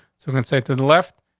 so conceited left.